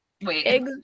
Wait